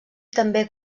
també